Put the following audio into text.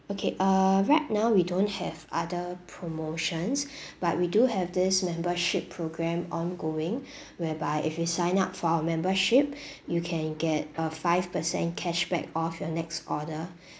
okay uh right now we don't have other promotions but we do have this membership program ongoing whereby if you sign up for our membership you can get a five percent cashback of your next order